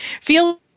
Feel